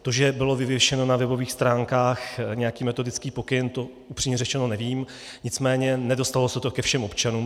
To, že byl vyvěšen na webových stránkách nějaký metodický pokyn, to upřímně řečeno nevím, nicméně nedostalo se to ke všem občanům.